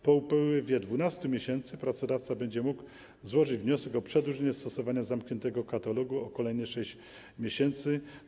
Po upływie 12 miesięcy pracodawca będzie mógł złożyć wniosek o przedłużenie stosowania zamkniętego katalogu o kolejne 6 miesięcy.